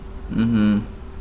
mmhmm